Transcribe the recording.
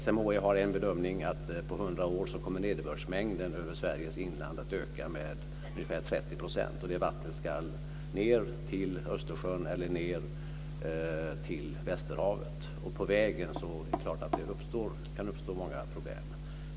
SMHI har en bedömning att på 100 år kommer nederbördsmängden över Sveriges inland att öka med ungefär 30 %. Det vattnet ska ned till Östersjön eller ned till västerhavet. Det är klart att det kan uppstå många problem på vägen.